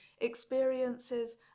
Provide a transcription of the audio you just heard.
experiences